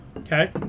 okay